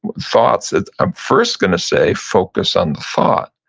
thoughts it's, i'm first gonna say focus on the thought.